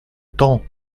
temps